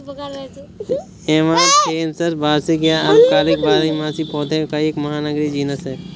amaranthus वार्षिक या अल्पकालिक बारहमासी पौधों का एक महानगरीय जीनस है